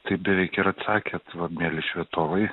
tai beveik ir atsakėt vat mieli švietovai